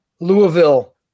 Louisville